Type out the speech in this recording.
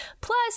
Plus